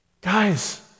Guys